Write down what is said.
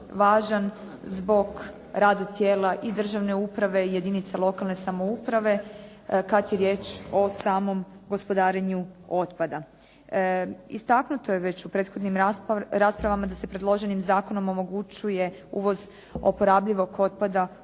važan zbog rada tijela i državne uprave i jedinica lokalne samouprave kad je riječ o samom gospodarenju otpada. Istaknuto je već u prethodnim raspravama da se predloženim zakonom omogućuje uvoz uporabljivog otpada